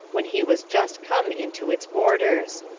when he was just come into its borders.